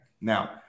now